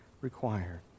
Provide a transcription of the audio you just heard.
required